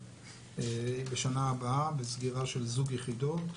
בשנה הבאה בסגירה של זוג יחידות.